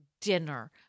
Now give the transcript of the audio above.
dinner